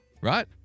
right